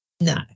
No